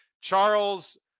Charles